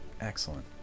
excellent